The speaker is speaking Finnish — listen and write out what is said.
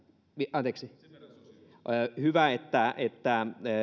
anteeksi on hyvä että että